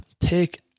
Take